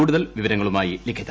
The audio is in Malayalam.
കൂടുതൽ വിവരങ്ങളുമായി ് ലിഖിത